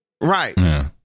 Right